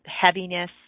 heaviness